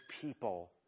people